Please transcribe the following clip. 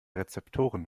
rezeptoren